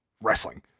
wrestling